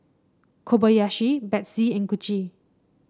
Kobayashi Betsy and Gucci